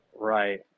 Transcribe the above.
Right